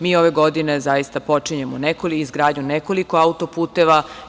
Mi ove godine zaista počinjemo izgradnju nekoliko auto-puteva.